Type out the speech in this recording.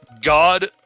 God